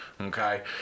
Okay